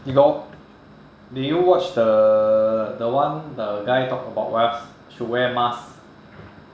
you got did you watch the the one the guy talk about why should wear mask